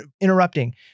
interrupting